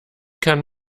kann